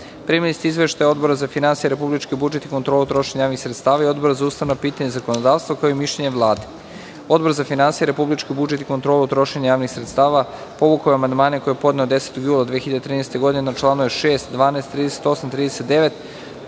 ste izveštaje Odbora za finansije, republički budžet i kontrolu trošenja javnih sredstava i Odbora za ustavna pitanja i zakonodavstvo, kao i mišljenje Vlade. Odbor za finansije, republički budžet i kontrolu trošenja javnih sredstava povukao je amandmane koje je podneo 10. jula 2013. godine na članove 6, 12, 38, 39,